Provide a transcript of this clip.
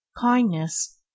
kindness